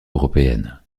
européenne